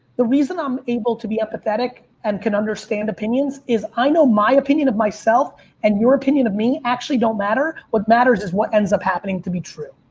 the reason i'm able to be empathetic and can understand opinions is i know my opinion of myself and your opinion of me actually don't matter. what matters is what ends up happening to be true.